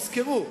תזכרו,